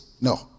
No